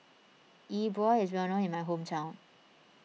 Yi Bua is well known in my hometown